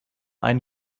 ein